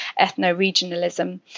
ethno-regionalism